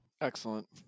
Excellent